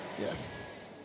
Yes